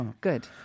Good